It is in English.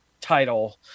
title